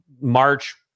march